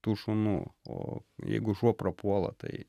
tų šunų o jeigu šuo prapuola tai